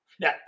now